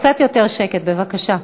קצת יותר שקט, בבקשה.